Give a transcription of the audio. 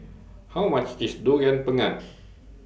How much IS Durian Pengat